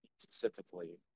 specifically